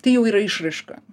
tai jau yra išraiška